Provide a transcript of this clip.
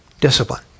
Discipline